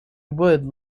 wood